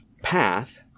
path